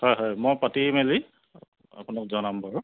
হয় হয় মই পাতি মেলি আপোনাক জনাম বাৰু